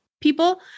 people